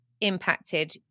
impacted